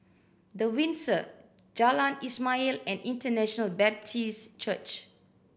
The Windsor Jalan Ismail and International Baptist Church